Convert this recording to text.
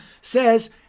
says